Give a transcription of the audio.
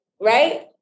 right